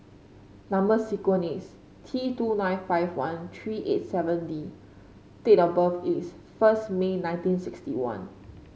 number sequence is T two nine five one three eight seven D date of birth is first May nineteen sixty one